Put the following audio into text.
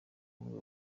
muri